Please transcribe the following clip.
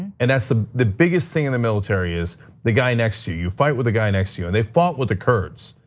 and that's, the the biggest thing in the military is the guy next to you, fight with the guy next to you and they fought with the kurds.